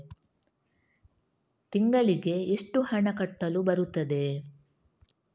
ತಿಂಗಳಿಗೆ ಎಷ್ಟು ಹಣ ಕಟ್ಟಲು ಬರುತ್ತದೆ?